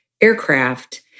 aircraft